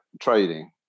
trading